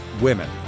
women